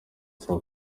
saa